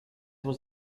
was